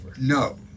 No